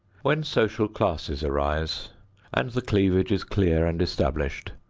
when social classes arise and the cleavage is clear and established,